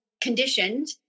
conditioned